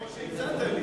כמו שהצעת לי.